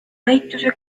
näituse